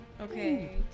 Okay